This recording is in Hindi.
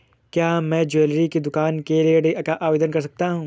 क्या मैं ज्वैलरी की दुकान के लिए ऋण का आवेदन कर सकता हूँ?